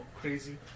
crazy